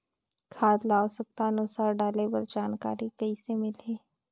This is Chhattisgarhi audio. खाद ल आवश्यकता अनुसार डाले बर जानकारी कइसे मिलही?